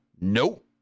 Nope